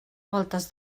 voltes